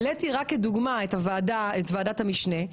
העליתי רק כדוגמה את ועדת המשנה.